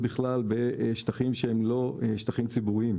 בכלל בשטחים שהם לא שטחים ציבוריים.